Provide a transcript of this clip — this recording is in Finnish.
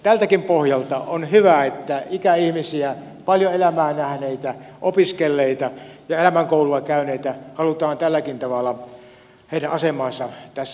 tältäkin pohjalta on hyvä että ikäihmisten paljon elämää nähneiden opiskelleiden ja elämänkoulua käyneiden asemaa halutaan tälläkin tavalla tässä maassa edistää